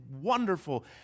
wonderful